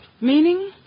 Meaning